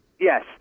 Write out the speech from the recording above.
Yes